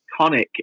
iconic